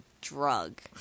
drug